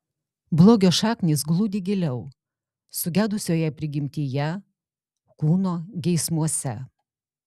blogio šaknys glūdi giliau sugedusioje prigimtyje kūno geismuose